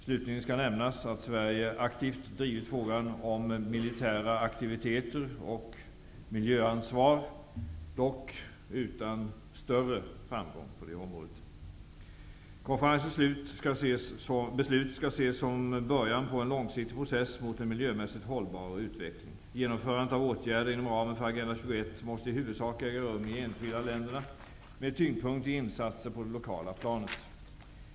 Slutligen skall nämnas att Sverige aktivt har drivit frågan om militära aktiviteter och miljöansvar, dock utan större framgång. Konferensens beslut skall ses som början på en långsiktig process mot en miljömässigt hållbar utveckling. Genomförandet av åtgärder inom ramen för Agenda 21 måste i huvudsak äga rum i de enskilda länderna med tyngdpunkt i insatser på det lokala planet.